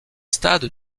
stades